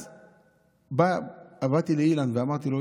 אז באתי לאילן ואמרתי לו,